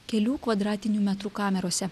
kelių kvadratinių metrų kamerose